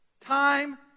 Time